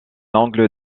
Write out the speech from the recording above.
angle